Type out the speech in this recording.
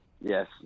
yes